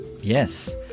Yes